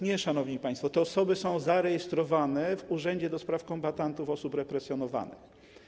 Nie, szanowni państwo, te osoby są zarejestrowane w Urzędzie do Spraw Kombatantów i Osób Represjonowanych.